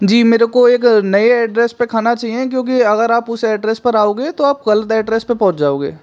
जी मेरे को एक नए एड्रेस पर खाना चहिए क्योंकि अगर आप उस एड्रेस पर आओगे तो आप ग़लत एड्रेस पर पहुंच जाओगे